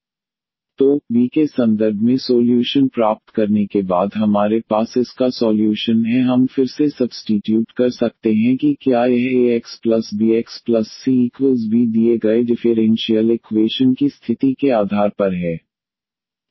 ⟹abdydxdvdx 1bdvdx af dvdxbfva dvbfva∫dx तो v के संदर्भ में सोल्यूशन प्राप्त करने के बाद हमारे पास इसका सॉल्यूशन है हम फिर से सब्स्टीट्यूट कर सकते हैं कि क्या यह axbycv दिए गए डिफ़ेरेन्शियल इक्वेशन की स्थिति के आधार पर है